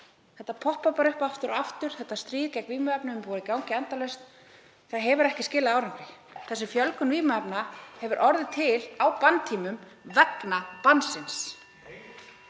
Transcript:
Þetta poppar bara upp aftur og aftur. Þetta stríð gegn vímuefnum er búið að vera í gangi endalaust en það hefur ekki skilað árangri. Þessi fjölgun vímuefna hefur orðið á banntímum vegna bannsins.